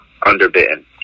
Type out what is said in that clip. underbitten